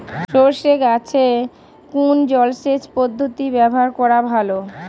সরষে গাছে কোন জলসেচ পদ্ধতি ব্যবহার করা ভালো?